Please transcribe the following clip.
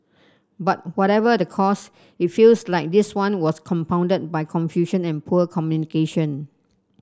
but whatever the cause it feels like this one was compounded by confusion and poor communication